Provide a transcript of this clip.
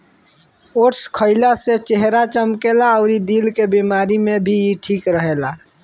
oats खाइला से चेहरा चमकेला अउरी दिल के बेमारी में भी इ ठीक रहेला